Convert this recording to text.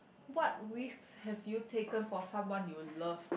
what risks have you taken for someone you love